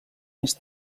més